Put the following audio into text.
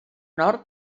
nord